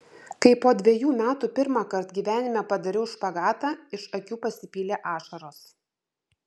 kai po dvejų metų pirmąkart gyvenime padariau špagatą iš akių pasipylė ašaros